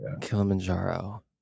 Kilimanjaro